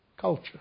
culture